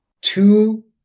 two